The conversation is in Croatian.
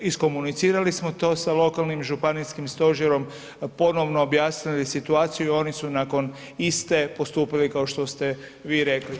Iskomunicirali smo to sa lokalnim županijskim stožerom, ponovno objasnili situaciju i oni su nakon iste postupili kao što ste vi rekli.